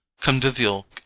convivial